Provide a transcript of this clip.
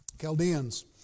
Chaldeans